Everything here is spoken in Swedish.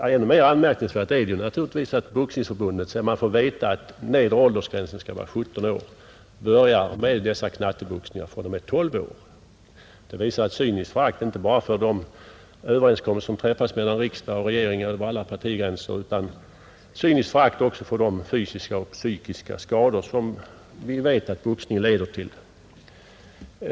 Än mer anmärkningsvärt är naturligtvis att Boxningsförbundet sedan man fått veta att nedre åldersgränsen skall vara 17 år börjar med dessa knatteboxningar från och med tolv år. Det visar ett cyniskt förakt inte bara för de överenskommelser som träffats mellan riksdag och regering över alla partigränser utan ett cyniskt förakt också för de psykiska och fysiska skador som vi vet att boxningen leder till.